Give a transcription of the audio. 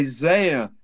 Isaiah